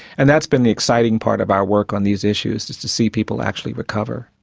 and that's been the exciting part of our work on these issues, just to see people actually recover.